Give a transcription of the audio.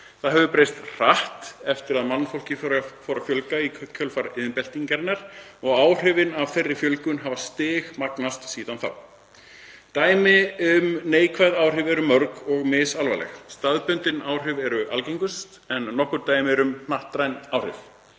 Það hefur breyst hratt eftir að mannfólki fór að fjölga í kjölfar iðnbyltingarinnar og áhrifin af þeirri fjölgun hafa stigmagnast síðan þá. Dæmin um neikvæð áhrif eru mörg og misalvarleg. Staðbundin áhrif eru algengust en nokkur dæmi eru um hnattræn áhrif.